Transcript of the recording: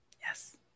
Yes